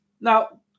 Now